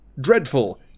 dreadful